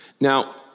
Now